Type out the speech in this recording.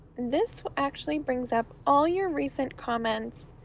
this actually brings up all your recent comments.